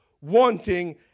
wanting